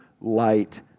light